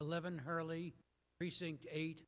eleven hurley precinct eight